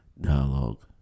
dialogue